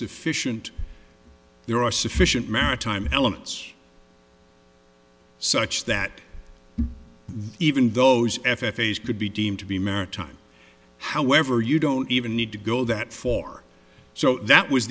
sufficient there are sufficient maritime elements such that even those f f a's could be deemed to be maritime however you don't even need to go that four so that was